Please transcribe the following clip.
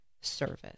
service